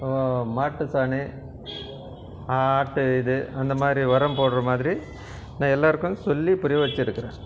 மாட்டு சாணி ஆட்டு இது அந்த மாதிரி உரம் போடுற மாதிரி நான் எல்லோருக்கும் சொல்லி புரிய வச்சுருக்குறேன்